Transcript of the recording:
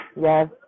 Yes